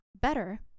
better